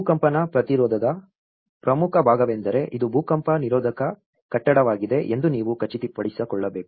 ಭೂಕಂಪನ ಪ್ರತಿರೋಧದ ಪ್ರಮುಖ ಭಾಗವೆಂದರೆ ಇದು ಭೂಕಂಪ ನಿರೋಧಕ ಕಟ್ಟಡವಾಗಿದೆ ಎಂದು ನೀವು ಖಚಿತಪಡಿಸಿಕೊಳ್ಳಬೇಕು